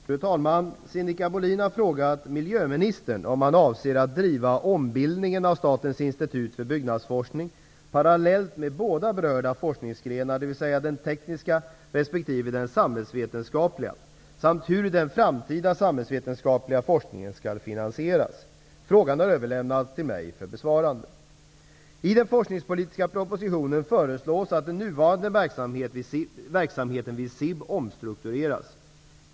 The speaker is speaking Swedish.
Fru talman! Sinikka Bohlin har frågat miljöministern om han avser att driva ombildningen av Statens institut för byggnadsforskning parallellt med båda berörda forskningsgrenar, dvs. den tekniska resp. den samhällsvetenskapliga, samt hur den framtida samhällsvetenskapliga forskningen skall finansieras. Frågan har överlämnats till mig för besvarande. omstruktureras.